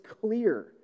clear